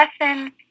lesson